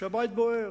כשהבית בוער,